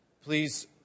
please